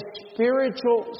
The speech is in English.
spiritual